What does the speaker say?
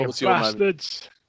bastards